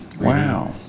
wow